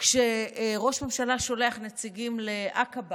כשראש ממשלה שולח נציגים לעקבה